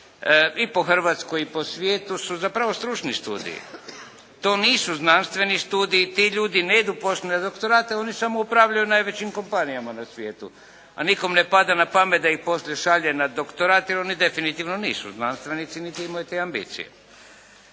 i po Hrvatskoj i po svijetu su zaprvo stručni studiji. To nisu znanstveni studiji, ti ljudi ne idu … oni samo upravljaju najvećim kompanijama na svijetu, a nikome ne pada na pamet da ih poslije šalje na doktorat jer oni definitivno nisu znanstvenici niti imaju te ambicije.